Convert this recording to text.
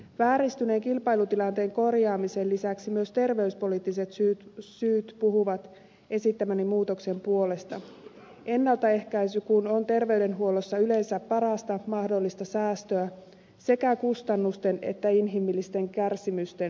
vääristyneen kilpailutilanteen korjaamisen lisäksi myös terveyspoliittiset syyt puhuvat esittämäni muutoksen puolesta ennaltaehkäisy kun on terveydenhuollossa yleensä parasta mahdollista säästöä sekä kustannusten että inhimillisten kärsimysten osalta